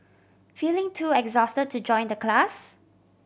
feeling too exhausted to join the class